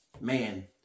man